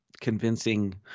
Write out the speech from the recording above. convincing